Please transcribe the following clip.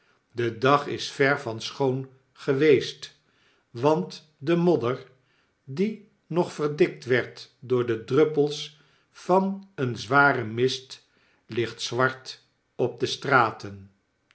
de dag is ver van schoon geweest want de modder die nog verdikt werd door de druppels van een zwaren mist ligt zwart op de straten